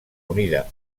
unida